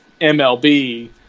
mlb